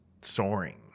soaring